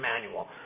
manual